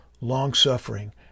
long-suffering